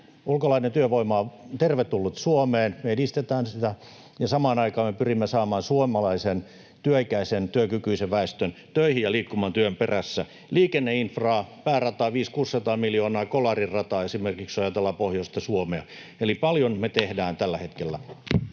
ulkolainen työvoima on tervetullut Suomeen, ja me edistetään sitä, ja samaan aikaan me pyrimme saamaan suomalaisen työikäisen ja työkykyisen väestön töihin ja liikkumaan työn perässä. Liikenneinfraa: päärataan 500—600 miljoonaa, ja esimerkiksi Kolarin rata, jos ajatellaan pohjoista Suomea. Eli paljon me tehdään tällä hetkellä.